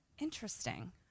interesting